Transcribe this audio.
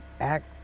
act